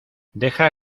deja